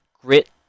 Grit